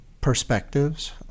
perspectives